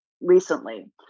recently